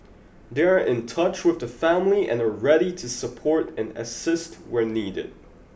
they are in touch with the family and are ready to support and assist where needed